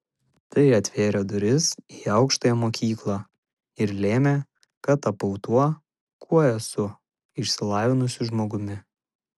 tai atvėrė duris į aukštąją mokyklą ir lėmė kad tapau tuo kuo esu išsilavinusiu žmogumi